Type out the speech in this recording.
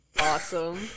Awesome